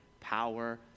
power